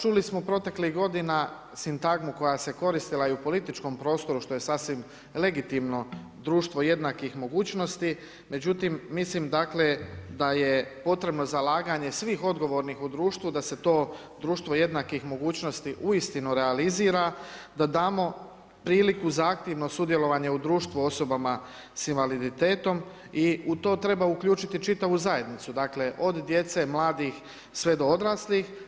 Čuli smo proteklih godina sintagmu koja se koristila i u političkom prostoru što je sasvim legitimno društvo jednakih mogućnosti međutim mislim dakle da je potrebno zalaganje svih odgovornih u društvu da se to društvo jednakih mogućnosti uistinu realizira, da damo priliku za aktivno sudjelovanje u društvu osobama sa invaliditetom i u to treba uključiti čitavu zajednicu, dakle od djece, mladih sve do odraslih.